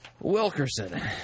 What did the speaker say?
wilkerson